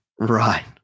Right